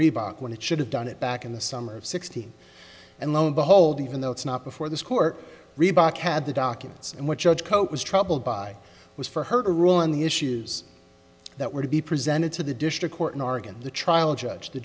reebok when it should have done it back in the summer of sixty and lo and behold even though it's not before this court reebok had the documents and what judge koch was troubled by was for her to rule on the issues that were to be presented to the district court in oregon the trial judge the